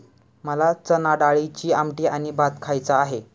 मला चणाडाळीची आमटी आणि भात खायचा आहे